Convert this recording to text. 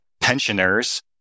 pensioners